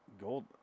Gold